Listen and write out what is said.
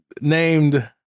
named